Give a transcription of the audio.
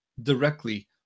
directly